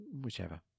whichever